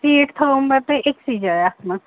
seat تھٲوٕو مےٚ تۄہہِ أکۍسٕے جایہِ اَتھ منٛز